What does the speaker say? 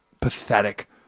pathetic